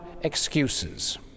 excuses